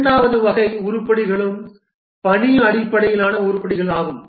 இரண்டாவது வகை உருப்படிகளும் பணி அடிப்படையிலான உருப்படிகளாகும்